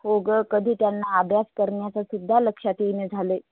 हो गं कधी त्यांना अभ्यास करण्याचा सुद्धा लक्षात येईना झालं आहे